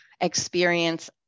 experience